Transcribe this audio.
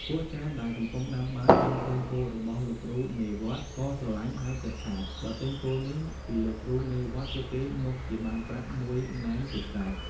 ពួកចាមដែលកំពុងដាំបាយ បានឃើញគោរបស់លោកគ្រូមេវត្ត ក៏ស្រឡាញ់ហើយគិតថាបើទិញគោនេះពីលោកគ្រូមេវត្ត ពួកគេមុខជាបានប្រាក់ ១ ណែនជាស្រេច។